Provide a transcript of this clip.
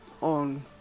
on